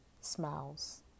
smiles